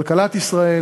כלכלת ישראל